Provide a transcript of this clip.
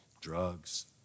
drugs